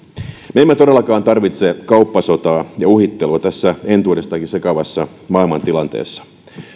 me emme todellakaan tarvitse kauppasotaa ja uhittelua tässä entuudestaankin sekavassa maailmantilanteessa